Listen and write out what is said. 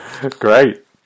Great